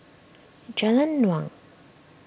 Jalan Naung